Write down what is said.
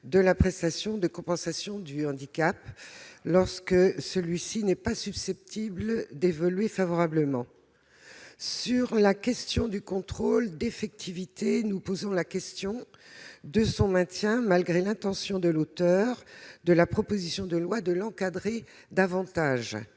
de la prestation de compensation du handicap lorsque celui-ci n'est pas susceptible d'évoluer favorablement. Sur le contrôle d'effectivité, nous posons la question de son maintien malgré l'intention de l'auteur de la proposition de loi de l'encadrer davantage.